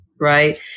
Right